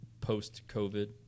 post-COVID